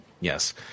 Yes